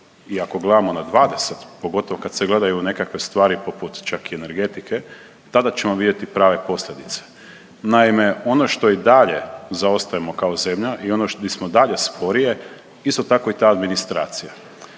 i ako gledamo na 20, pogotovo kad se gledaju nekakve stvari poput čak i energetike, tada ćemo vidjeti prave posljedice. Naime, ono što i dalje zaostajemo kao zemlja i ono di smo dalje sporije, isto tako je i ta administracija.